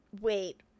Wait